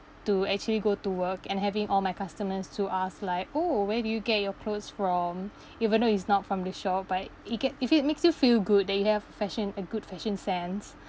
to actually go to work and having all my customers to ask like oh where do you get your clothes from even though is not from the shop but it get if it makes you feel good that you have fashion a good fashion sense